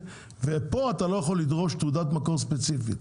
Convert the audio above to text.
ואתה לא יכול לדרוש תעודת מקור ספציפית.